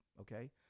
okay